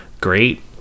great